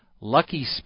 Lucky